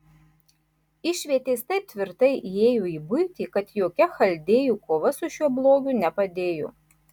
išvietės taip tvirtai įėjo į buitį kad jokia chaldėjų kova su šiuo blogiu nepadėjo